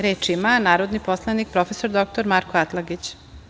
Reč ima narodni poslanik prof. dr Marko Atlagić.